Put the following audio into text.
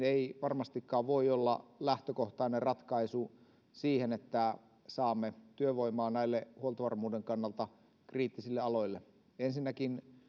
ei varmastikaan voi olla lähtökohtainen ratkaisu siihen että saamme työvoimaa näille huoltovarmuuden kannalta kriittisille aloille ensinnäkin